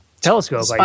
telescope